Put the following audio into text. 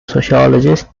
sociologist